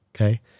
Okay